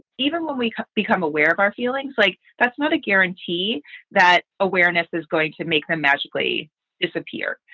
even when we become aware of our feelings, like that's not a guarantee that awareness is going to make them magically disappear.